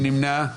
1 נמנע.